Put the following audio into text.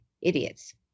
idiots